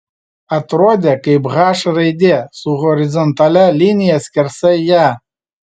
atrodė kaip h raidė su horizontalia linija skersai ją